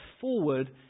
forward